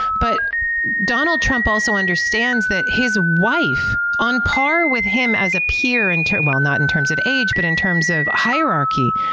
but donald trump also understands that his wife, on par with him as a peer in terms, well, not in terms of age, but in terms of hierarchy,